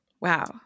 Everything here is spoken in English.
Wow